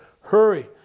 Hurry